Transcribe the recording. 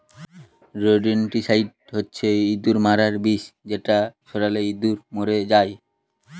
rodenticide হচ্ছে ইঁদুর মারার বিষ যেটা ছড়ালে ইঁদুর মরে যায়